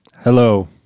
Hello